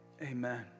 amen